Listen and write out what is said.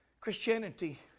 Christianity